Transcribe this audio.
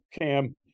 Cam